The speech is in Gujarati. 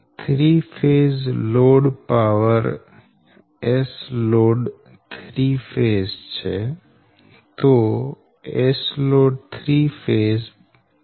3 phase complex load power S Load 3ɸ છે